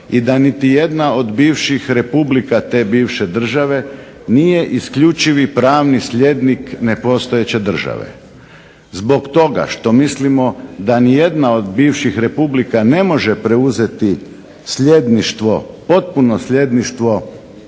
i da niti jedna od bivših republika te bivše države nije isključivi pravni slijednik nepostojeće države. Zbog toga što mislimo da nijedna od bivših republika ne može preuzeti sljedništvo potpuno sljedništvo